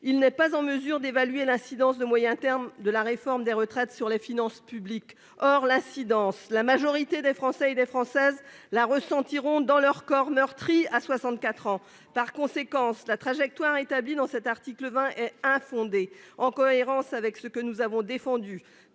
Il n'est pas en mesure d'évaluer l'incidence de moyen terme de la réforme des retraites sur les finances publiques. Or l'incidence, la majorité des Français et des Françaises la ressentiront dans leur corps meurtri à 64 ans par conséquence la trajectoire établit dans cet article 20 et infondées en cohérence avec ce que nous avons défendu